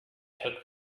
took